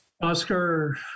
Oscar